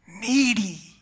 needy